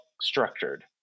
structured